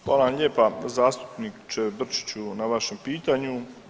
Hvala vam lijepa zastupniče Brčiću na vašem pitanju.